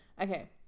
Okay